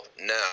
now